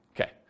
Okay